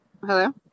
Hello